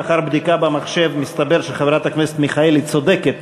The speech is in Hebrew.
לאחר בדיקה במחשב מסתבר שחברת הכנסת מיכאלי צודקת